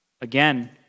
Again